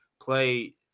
play